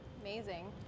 Amazing